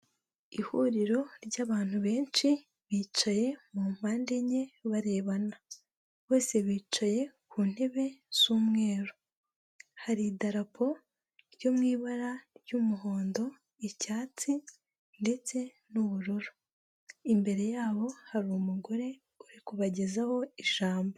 Ihuriro ry'abantu benshi bicaye mu mpande enye barebana, bose bicaye ku ntebe z'umweru hari idarapo ryo mu ibara ry'umuhondo icyatsi ndetse n'ubururu, imbere yabo hari umugore uri kubagezaho ijambo.